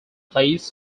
plays